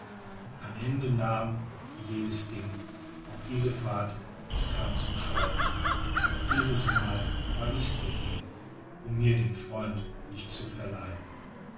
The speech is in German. ein ende nahm wie jedes ding auch diese fahrt es kam zum scheiden doch dieses mal war ich's der ging um mir den freund nicht zu verleiden